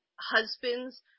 husband's